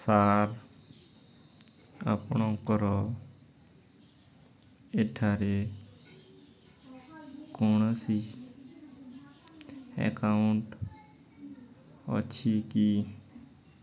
sir ଆପଣଙ୍କର ଏଠାରେ କୌଣସି ଆକାଉଣ୍ଟ୍ ଅଛି କି